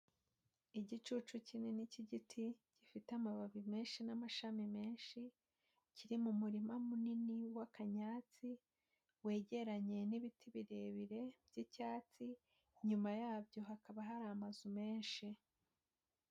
Igicucu kinini cy'igiti gifite amababi menshi n'amashami menshi, kiri mu murima munini w'akanyatsi wegeranye n'ibiti birebire by'icyatsi, inyuma yabyo hakaba hari amazu menshi.